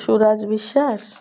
Suraaj Biswas